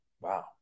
wow